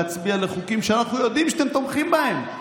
להצביע לחוקים שאנחנו יודעים שאתם תומכים בהם.